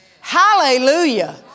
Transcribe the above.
Hallelujah